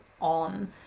on